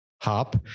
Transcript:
hop